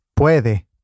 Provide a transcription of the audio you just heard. Puede